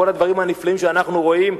כל הדברים הנפלאים שאנחנו רואים,